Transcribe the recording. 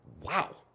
wow